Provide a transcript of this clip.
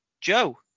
joe